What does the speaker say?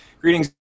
Greetings